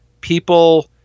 people